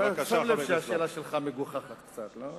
אתה שם לב שהשאלה שלך מגוחכת קצת, לא?